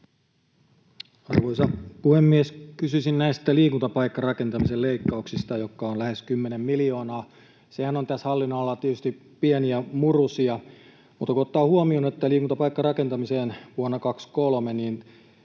Arvoisa puhemies! Kysyisin näistä liikuntapaikkarakentamisen leikkauksista, jotka ovat lähes 10 miljoonaa. Nehän ovat tässä hallinnonalalla tietysti pieniä murusia, mutta kun ottaa huomioon, että valtionavustukset liikuntapaikkarakentamiseen vuonna 23